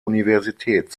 universität